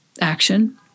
action